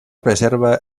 preserva